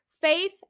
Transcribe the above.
faith